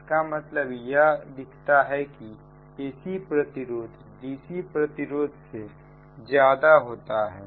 इसका मतलब यह दिखाता है कि ac प्रतिरोध dc प्रतिरोध से ज्यादा होती है